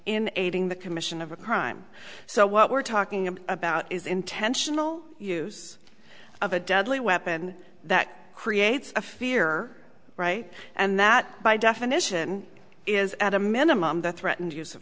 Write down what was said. in aiding the commission of a crime so what we're talking about is intentional use of a deadly weapon that creates a fear right and that by definition is at a minimum the threatened use of